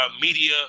media